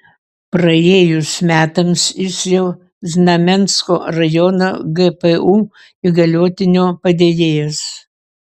praėjus metams jis jau znamensko rajono gpu įgaliotinio padėjėjas